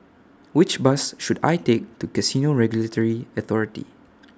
Which Bus should I Take to Casino Regulatory Authority